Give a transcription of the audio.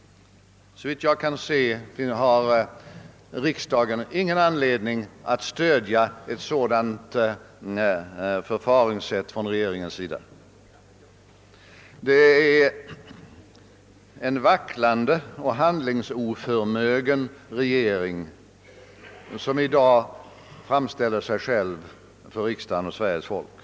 Såvitt jag kan se har riksdagen ingen anledning att stödja ett sådant förfaringssätt från regeringens sida. Det är en vacklande och oförmögen regering som i dag framträder för riksdagen och Sveriges folk.